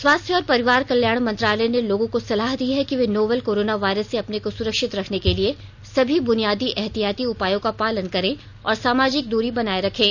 स्वास्थ्य और परिवार कल्याण मंत्रालय ने लोगों को सलाह दी है कि वे नोवल कोरोना वायरस से अपने को सुरक्षित रखने के लिए सभी बुनियादी एहतियाती उपायों का पालन करें और सामाजिक दूरी बनाए रखें